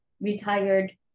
retired